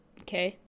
okay